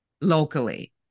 locally